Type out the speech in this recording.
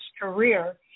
career